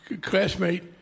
classmate